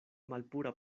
malpura